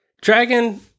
dragon